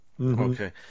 Okay